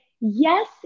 yes